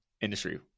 industry